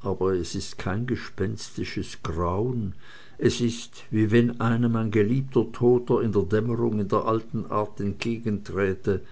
aber es ist kein gespenstisches grauen es ist wie wenn einem ein geliebter toter in der dämmerung in der alten art entgegenträte